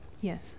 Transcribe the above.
Yes